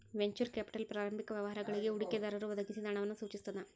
venture capital ಪ್ರಾರಂಭಿಕ ವ್ಯವಹಾರಗಳಿಗಿ ಹೂಡಿಕೆದಾರರು ಒದಗಿಸಿದ ಹಣವನ್ನ ಸೂಚಿಸ್ತದ